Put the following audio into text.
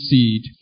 Seed